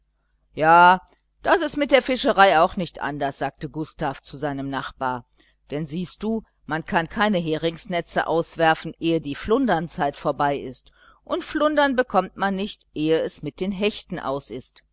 ja das ist mit der fischerei auch nicht anders sagte gustav zu seinem nachbar denn siehst du man kann keine heringsnetze auswerfen ehe die flundernzeit vorbei ist und flundern bekommt man nicht ehe es mit den hechten aus ist